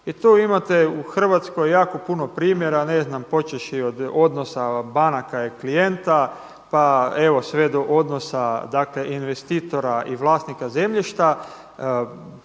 I tu imate u Hrvatskoj jako puno primjera, ne znam počevši od odnosa banaka i klijenta, pa evo sve do odnosa investitora i vlasnika zemljišta.